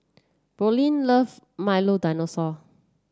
Brooklynn love Milo Dinosaur